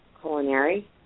culinary